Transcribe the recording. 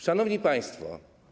Szanowni Państwo!